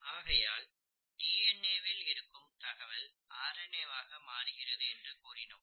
ஆகையால் டிஎன்ஏ வில் இருக்கும் தகவல் ஆர் என் ஏ வாக மாறுகிறது என்று கூறினோம்